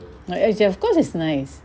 of course it's nice